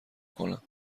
کنم